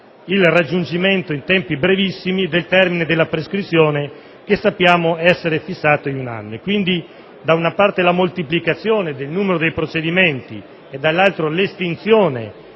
il raggiungimento in tempi brevissimi del termine della prescrizione, che sappiamo essere fissato in un anno. Quindi, da una parte la moltiplicazione incontrollabile del numero dei procedimenti (con effetti